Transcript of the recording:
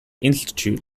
institute